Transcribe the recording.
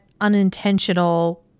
unintentional